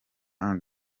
and